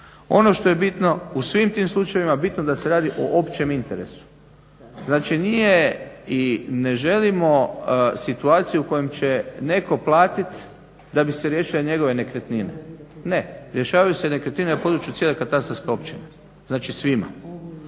Ono što je bitno u svim tim slučajevima bitno da se radi o općem interesu. Znači nije i ne želimo situacije u kojem će netko platiti da bi se riješile njegove nekretnine, ne. Rješavaju se nekretnine na područje cijele katastarske općine znači svima.